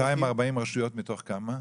240 רשויות מתוך כמה?